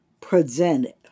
presented